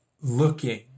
looking